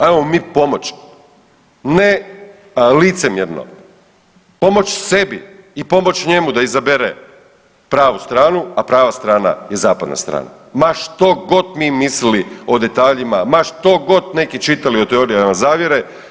Ajmo mi pomoć ne licemjerno, pomoć sebi i pomoć njemu da izabere pravu stranu, a prava strana je zapadna strana ma štogod mi mislili o detaljima, ma štogod neki čitali o teorijama zavjere.